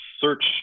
search